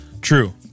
True